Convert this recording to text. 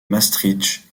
maestricht